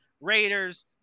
Raiders